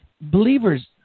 Believers